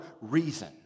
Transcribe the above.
reason